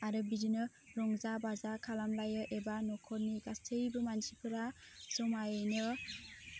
आरो बिदिनो रंजा बाजा खालामलायो एबा न'खरनि गासैबो मानसिफोरा जमायैनो